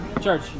Church